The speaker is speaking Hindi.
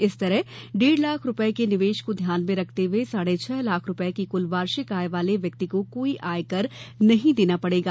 इस तरह डेढ लाख रूपये के निवेश को ध्यान में रखते हुए साढ़े छह लाख रूपये की कुल वार्षिक आय वाले व्यक्ति को कोई आय कर नहीं देना पड़ेगा